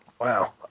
Wow